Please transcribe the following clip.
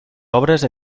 obres